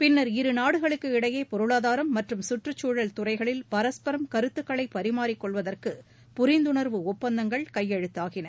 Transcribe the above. பின்னா் இருநாடுகளுக்கு இடையே பொருளாதாரம் மற்றும் சுற்றுச்சூழல் துறைகளில் பரஸ்பரம் கருத்துக்களை பரிமாறிக்கொள்வதற்கு புரிந்துணர்வு ஒப்பந்தங்கள் கையெழுத்தாகின